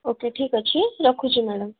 okay ଠିକ୍ ଅଛି ରଖୁଛି ମ୍ୟାଡ଼ାମ୍